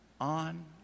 on